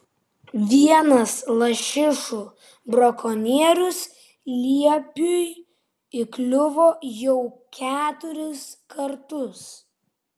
vienas lašišų brakonierius liepiui įkliuvo jau keturis kartus